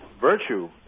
virtue